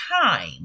time